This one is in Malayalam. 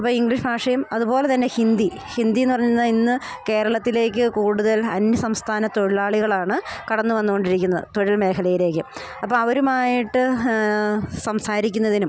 ഇപ്പം ഇംഗ്ലീഷ് ഭാഷയും അത്പോലെ തന്നെ ഹിന്ദി ഹിന്ദി എന്ന് പറയുന്നത് ഇന്ന് കേരളത്തിലേക്ക് കൂടുതൽ അന്യ സംസ്ഥാന തൊഴിലാളികളാണ് കടന്ന് വന്നോണ്ടിരിക്കുന്നത് തൊഴിൽ മേഖലയിലേക്ക് അപ്പം അവരുമായിട്ട് സംസാരിക്കുന്നതിനും